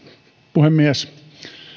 puhemies